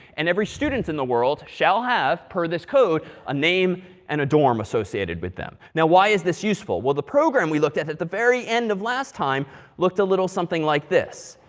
and every student in the world shall have, per this code, a name and a dorm associated with them. now, why is this useful? well the program, we looked at at the very end of last time looked a little something like this.